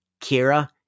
Kira